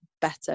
better